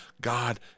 God